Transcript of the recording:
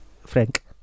Frank